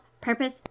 Purpose